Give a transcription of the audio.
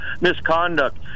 misconduct